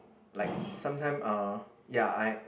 like sometime uh ya I